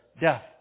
death